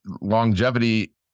longevity